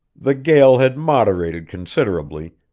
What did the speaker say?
the gale had moderated considerably,